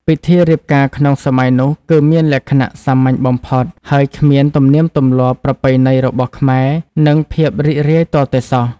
ពិធីរៀបការក្នុងសម័យនោះគឺមានលក្ខណៈសាមញ្ញបំផុត ហើយគ្មានទំនៀមទម្លាប់ប្រពៃណីរបស់ខ្មែរនិងភាពរីករាយទាល់តែសោះ។